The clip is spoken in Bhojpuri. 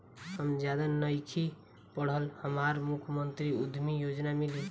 हम ज्यादा नइखिल पढ़ल हमरा मुख्यमंत्री उद्यमी योजना मिली?